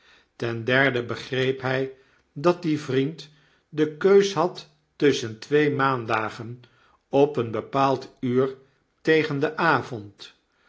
ten derde begreep hij dat die vriend de keus had tusschen twee maandagen op een bepaald uur tegen den avond